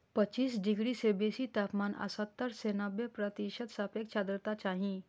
पच्चीस डिग्री सं बेसी तापमान आ सत्तर सं नब्बे प्रतिशत सापेक्ष आर्द्रता चाही